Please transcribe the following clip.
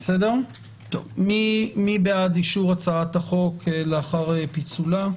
מי בעד אישור הצעת החוק לאחר פיצולה?